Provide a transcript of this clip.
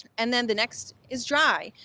and then the next is dry.